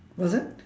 what is that